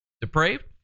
Depraved